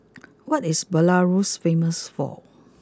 what is Belarus famous for